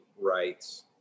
rights